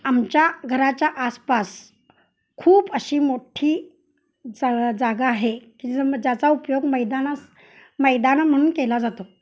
आमच्या घराच्या आसपास खूप अशी मोठ्ठी जा जागा आहे की ज्याचा उपयोग मैदानास मैदान म्हणून केला जातो